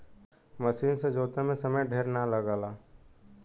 मसीन से जोते में समय ढेर ना लगला